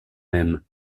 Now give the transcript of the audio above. même